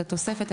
את התוספת,